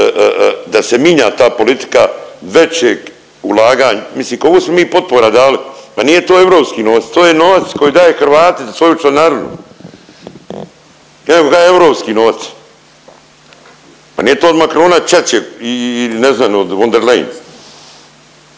da se minja ta politika većeg ulaganj… mislim koliko smo mi potpora dali, pa nije to europski novac to je novac koji daju Hrvati za svoju članarinu. …/Govornik se ne razumije./… europski novac, pa nije to od Macrona čače i ne znam od von der